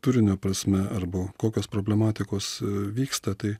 turinio prasme arba kokios problematikos vyksta tai